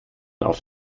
auf